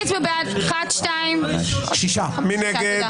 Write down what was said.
מי נגד?